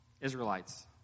Israelites